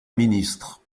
ministre